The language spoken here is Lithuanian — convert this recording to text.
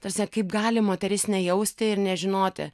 ta prasme kaip gali moteris nejausti ir nežinoti